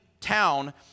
town